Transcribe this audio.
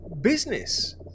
business